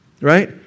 Right